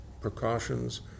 precautions